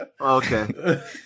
Okay